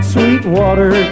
Sweetwater